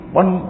one